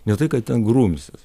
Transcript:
ne tai kad ten grumsis